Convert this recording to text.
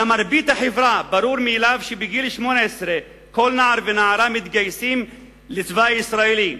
למרבית החברה ברור מאליו שבגיל 18 כל נער ונערה מתגייסים לצבא הישראלי,